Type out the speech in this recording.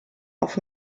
auf